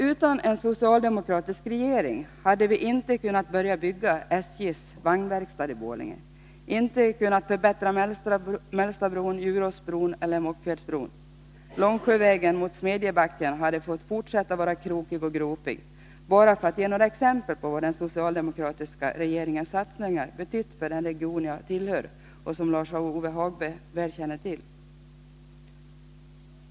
Utan en socialdemokratisk regering hade vi inte kunnat börja bygga SJ:s vagnverkstad i Borlänge, inte kunnat förbättra Mellstabron, Djuråsbron eller Mockfjärdsbron. Långsjövägen mot Smedjebacken hade fått fortsätta att vara krokig och gropig. Jag nämner detta bara för att ge några exempel på vad den socialdemokratiska regeringens satsningar betytt för den region jag tillhör — något som Lars-Ove Hagberg väl känner till.